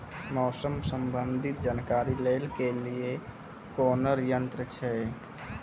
मौसम संबंधी जानकारी ले के लिए कोनोर यन्त्र छ?